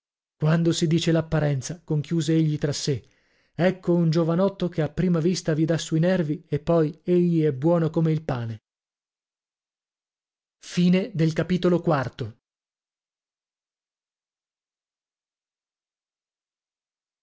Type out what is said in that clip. quando si dice l'apparenza conchiuse egli tra sè ecco un giovanotto che a prima vista vi dà sui nervi e poi egli è buono come il pane v